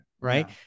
right